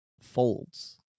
folds